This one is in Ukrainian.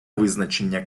визначення